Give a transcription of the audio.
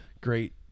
great